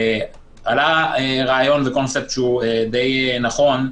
עלה רעיון ואני חושב שהוא די נכון,